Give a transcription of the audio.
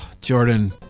Jordan